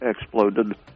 exploded